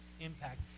impact